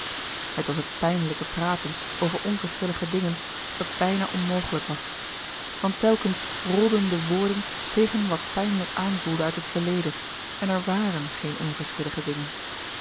het was het pijnlijke praten over onverschillige dingen dat bijna onmogelijk was want telkens rolden de woorden tegen wat pijnlijk aanvoelde uit het verleden en er waren geen onverschillige dingen